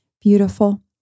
Beautiful